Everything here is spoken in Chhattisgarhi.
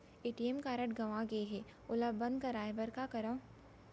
ए.टी.एम कारड गंवा गे है ओला बंद कराये बर का करंव?